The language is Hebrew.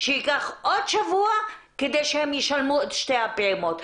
שייקח עוד שבוע כדי שהם ישלמו את שתי הפעימות.